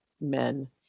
men